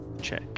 check